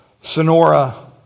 Sonora